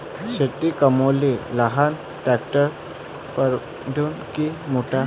शेती कामाले लहान ट्रॅक्टर परवडीनं की मोठं?